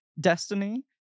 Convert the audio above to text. destiny